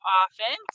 often